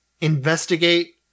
investigate